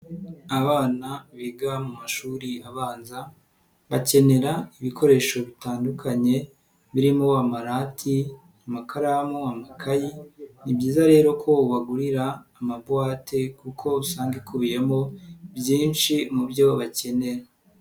Abana biga mu mashuri abanza bakenera ibikoresho bitandukanye birimo amarati, amakaramu, amakayi, ni byiza rero ko ubagurira amabuwate kuko usanga ikubiyemo byinshi mu byo bakenera.